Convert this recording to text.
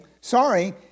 sorry